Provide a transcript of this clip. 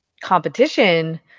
competition